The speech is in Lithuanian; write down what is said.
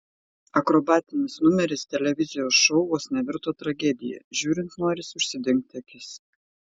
akrobatinis numeris televizijos šou vos nevirto tragedija žiūrint norisi užsidengti akis